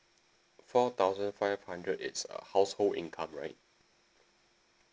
four thousand five hundred it's a household income right